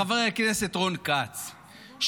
חבר הכנסת רון כץ,